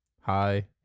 hi